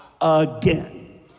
again